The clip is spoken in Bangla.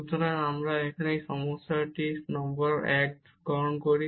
সুতরাং এখানে আমরা এই সমস্যা নম্বর 1 গ্রহণ করি